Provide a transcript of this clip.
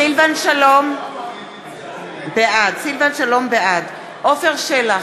סילבן שלום, בעד עפר שלח,